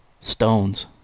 Stones